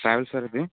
travels sir ఇది